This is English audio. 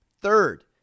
Third